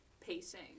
pacing